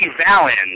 Valens